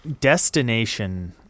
destination